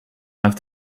have